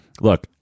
look